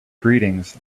greetings